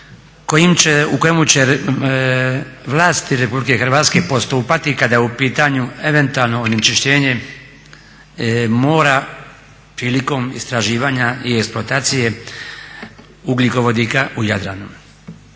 u kojemu će vlasti Republike Hrvatske postupati kada je u pitanju eventualno onečišćenje mora prilikom istraživanja i eksploatacije ugljikovodika u Jadranu.